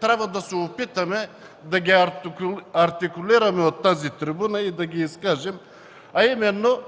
трябва да се опитаме да ги артикулираме от тази трибуна, да ги изкажем. А именно